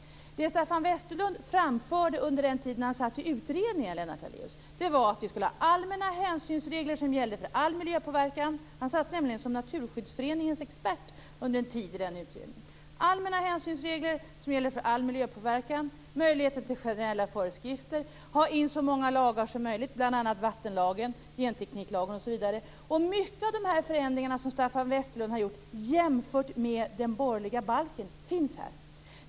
Det Staffan Westerlund framförde under den tid så han satt i utredningen, Lennart Daléus, var att vi skulle ha allmänna hänsynsregler som gällde för all miljöpåverkan. Han satt nämligen som Naturskyddsföreningens expert under en tid i utredningen. Han ville ha allmänna hänsynsregler som gäller för all miljöpåverkan. Han ville ha möjligheter till generella föreskrifter. Han ville ha in så många lagar som möjligt, bl.a. vattenlagen, gentekniklagen osv. Många av de förändringar som Staffan Westerlund ville göra jämfört med den borgerliga balken finns här.